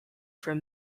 from